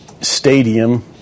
stadium